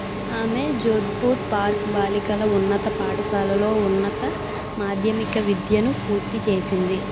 ఆమె జోధ్పూర్ పార్క్ బాలికల ఉన్నత పాఠశాలలో ఉన్నత మాధ్యమిక విద్యను పూర్తి చేసింది